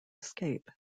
escape